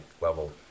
level